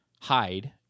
hide